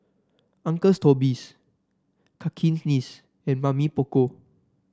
Uncle's Toby's Cakenis and Mamy Poko